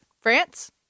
France